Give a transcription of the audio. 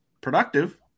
productive